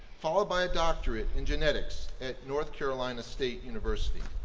followed by a doctorate in genetics at north carolina state university.